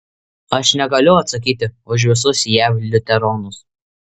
aš negaliu atsakyti už visus jav liuteronus